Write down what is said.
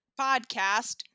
podcast